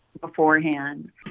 beforehand